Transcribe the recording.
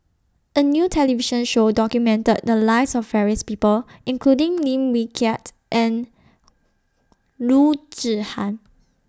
A New television Show documented The Lives of various People including Lim Wee Kiak and Loo Zihan